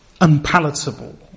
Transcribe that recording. unpalatable